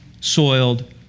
soiled